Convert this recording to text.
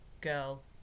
girl